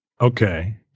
Okay